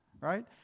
right